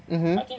mmhmm